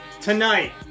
Tonight